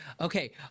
okay